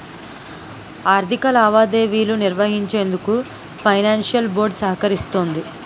ఆర్థిక లావాదేవీలు నిర్వహించేందుకు ఫైనాన్షియల్ బోర్డ్ సహకరిస్తుంది